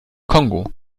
kongo